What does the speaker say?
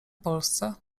polsce